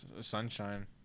Sunshine